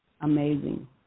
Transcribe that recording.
amazing